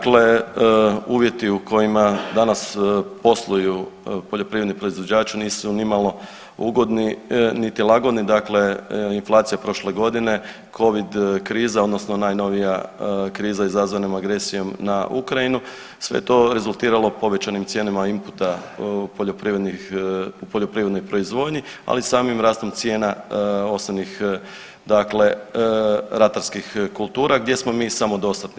Dakle, uvjeti u kojima danas posluju poljoprivredni proizvođači nisu nimalo ugodni, niti lagodni, dakle inflacija prošle godine, Covid kriza odnosno najnovija kriza izazvana agresijom na Ukrajinu sve to rezultiralo povećanim cijenama inputa poljoprivrednih, u poljoprivrednoj proizvodnji ali i samim rastom cijena osnovnih dakle ratarskih kultura gdje smo mi samodostatni.